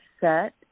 set